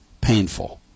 painful